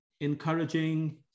encouraging